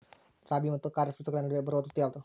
ರಾಬಿ ಮತ್ತು ಖಾರೇಫ್ ಋತುಗಳ ನಡುವೆ ಬರುವ ಋತು ಯಾವುದು?